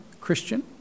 Christian